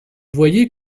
voyez